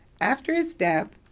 after his death,